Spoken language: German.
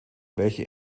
welche